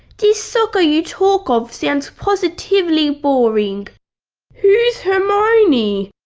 this soccer you talk of sounds positively boring who's hermione?